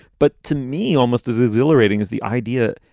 but to me, almost as exhilarating as the idea.